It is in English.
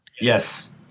Yes